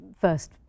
first